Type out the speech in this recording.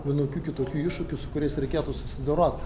vienokių kitokių iššūkių su kuriais reikėtų susidorot